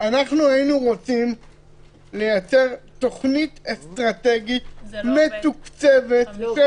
אנחנו היינו רוצים לייצר תוכנית אסטרטגית מתוקצבת של